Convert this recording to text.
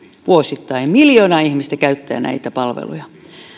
vuosittain miljoona ihmistä käyttää näitä palveluja